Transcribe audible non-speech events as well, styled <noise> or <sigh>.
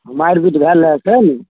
हमरा आरके <unintelligible> भेल रहै सएह ने